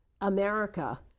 America